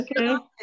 okay